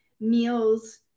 meals